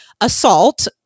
assault